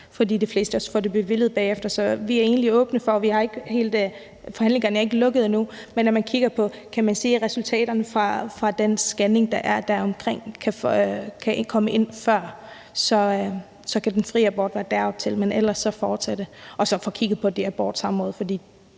for de fleste får det også bevilliget bagefter. Så vi er egentlig åbne over for det. Forhandlingerne ikke lukket endnu, men man kunne kigge på, om resultaterne fra den scanning, der er deromkring, kan komme ind før. Så kan den fri abort være deroptil, men ellers fortsætte som nu. Og så skal vi få kigget på de abortsamråd, for